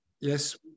yes